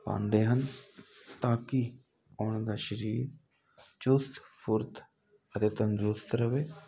ਪਾਂਦੇ ਹਨ ਤਾਂ ਕੀ ਉਨ੍ਹਾਂ ਦਾ ਸ਼ਰੀਰ ਚੁਸਤ ਫੁਰਤ ਅਤੇ ਤੰਦਰੁਸਤ ਰਵੇ